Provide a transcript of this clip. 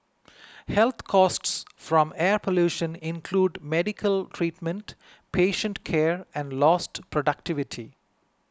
health costs from air pollution include medical treatment patient care and lost productivity